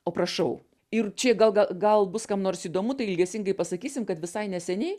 o prašau ir čia gal gal bus kam nors įdomu tai ilgesingai pasakysim kad visai neseniai